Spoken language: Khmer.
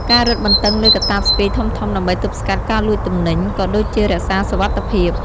ការរឹតបន្តឹងលើកាតាបស្ពាយធំៗដើម្បីទប់ស្កាត់ការលួចទំនិញ ក៏ដូចជារក្សាសុវត្ថិភាព។